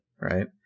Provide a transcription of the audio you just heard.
right